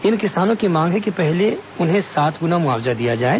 इन किसानों की मांग है कि उन्हें पहले सात गुना मुआवजा दिया जाए